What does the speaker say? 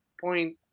point